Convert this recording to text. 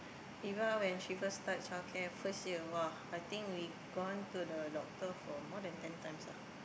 Eva when she first start childcare first year !wah! I think we gone to he doctor for more than ten times lah